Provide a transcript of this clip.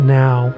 now